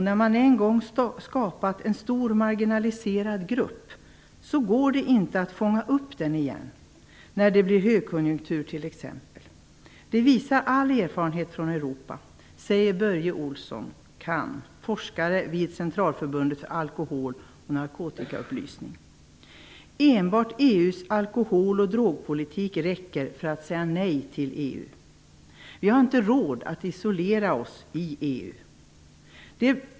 När man en gång skapat en stor marginaliserad grupp går det inte att fånga upp den igen, t.ex. när det blir högkonjunktur. Det visar all erfarenhet från Europa, säger Börje Olsson, CAN, forskare vid Enbart EU:s alkohol och drogpolitik räcker för att säga nej till EU. Vi har inte råd att isolera oss i EU.